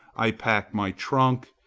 i pack my trunk,